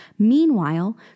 Meanwhile